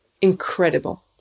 incredible